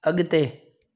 अॻिते